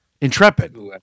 Intrepid